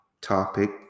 topic